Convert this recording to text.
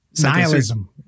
Nihilism